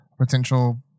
Potential